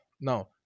Now